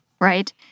right